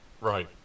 Right